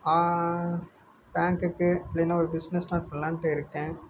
பேங்க்குக்கு இல்லையின்னா ஒரு பிஸ்னஸ் ஸ்டார்ட் பண்ணலான்ட்டு இருக்கேன்